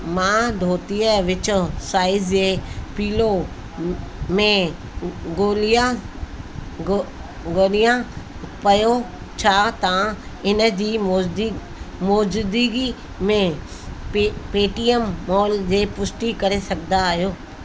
मां धोतीअ विच्चो साइज़ ऐं पीलो में ॻोल्हियां ॻोल्हियां पियो छा था इन जी मौजी मौजूदगी में पेटीएम मॉल जे पुष्टि करे सघंदा आहियो